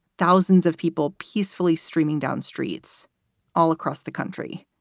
thousands of people peacefully streaming down streets all across the country.